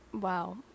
Wow